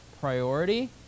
priority